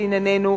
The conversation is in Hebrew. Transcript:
לענייננו,